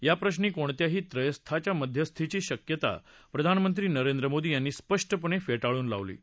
याप्रश्री कोणत्याही त्रयस्थाच्या मध्यस्थीची शक्यता प्रधानमंत्री नरेंद्र मोदी यांनी स्पष्टपणे फेटाळून लावली आहे